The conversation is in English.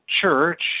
church